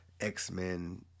X-Men